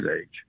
age